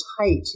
tight